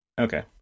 Okay